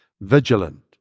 vigilant